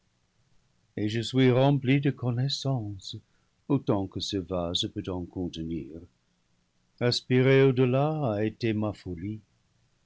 et je suis rempli de connaissance autant que ce vase peut en contenir aspirer au delà a été ma folie